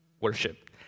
worship